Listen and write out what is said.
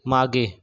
मागे